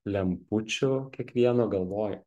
lempučių kiekvieno galvoj